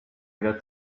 got